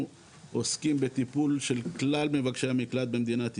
עוסקים בטיפול של כלל מבקשי המקלט של מדינת ישראל.